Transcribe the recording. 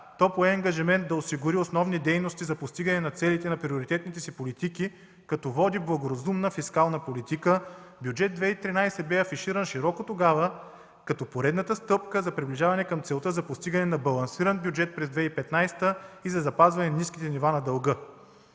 То пое ангажимента да осигури основни дейности за постигане на целите на приоритетните си политики, като води благоразумна фискална политика. Бюджет 2013 г. бе афиширан широко тогава като поредната стъпка за приближаване към целта за постигане на балансиран бюджет през 2015 г. и за запазване на ниски нива на дълга.